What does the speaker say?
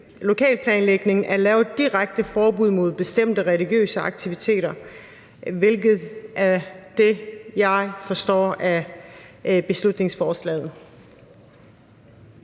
lokalplanlægningen at lave et direkte forbud mod bestemte religiøse aktiviteter, hvilket er det, jeg forstår beslutningsforslaget